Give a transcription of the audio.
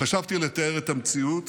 חשבתי לתאר את המציאות